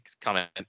comment